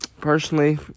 personally